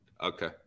okay